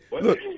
look